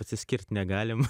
atsiskirt negalim